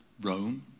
Rome